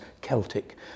Celtic